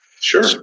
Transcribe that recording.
Sure